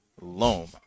Loam